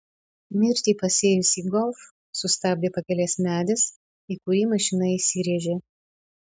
mirtį pasėjusį golf sustabdė pakelės medis į kurį mašina įsirėžė